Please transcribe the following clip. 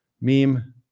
meme